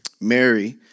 Mary